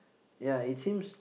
ya it seems